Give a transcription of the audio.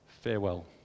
Farewell